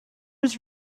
his